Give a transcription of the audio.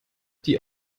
die